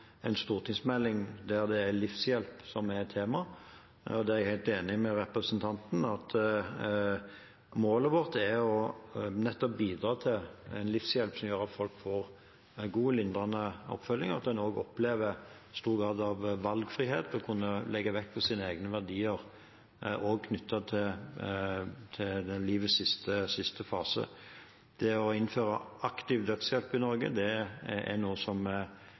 en stortingsmelding der det er livshjelp som er tema. Jeg er helt enig med representanten i at målet vårt nettopp er å bidra til en livshjelp som gjør at folk får god lindrende oppfølging, og at man opplever stor grad av valgfrihet og å kunne legge vekt på sine egne verdier også i livets siste fase. Det å innføre aktiv dødshjelp i Norge er noe som